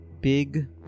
big